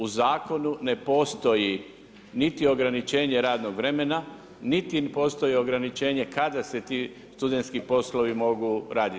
U zakonu ne postoji niti ograničenje radnog vremena, niti postoji ograničenje kada se ti studentski poslovi mogu raditi.